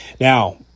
Now